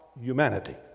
humanity